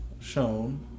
shown